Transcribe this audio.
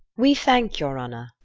we thank your honour.